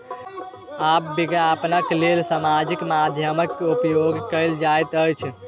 आब विज्ञापनक लेल सामाजिक माध्यमक उपयोग कयल जाइत अछि